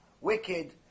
wicked